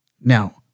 Now